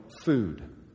food